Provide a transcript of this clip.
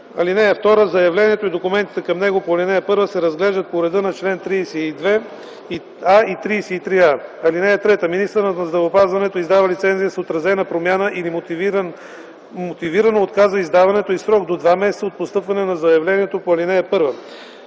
(2) Заявлението и документите към него по ал. 1 се разглеждат по реда на чл. 32а и 33а. (3) Министърът на здравеопазването издава лицензия с отразена промяна или мотивирано отказва издаването й в срок до два месеца от постъпване на заявлението по ал. 1.